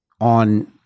on